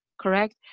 correct